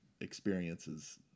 experiences